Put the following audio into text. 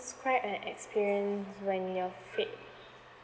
describe and experience when you're fit